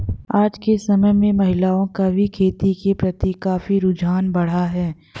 आज के समय में महिलाओं का भी खेती के प्रति काफी रुझान बढ़ा है